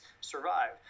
survive